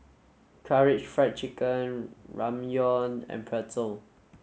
Karaage Fried Chicken Ramyeon and Pretzel